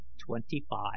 twenty-five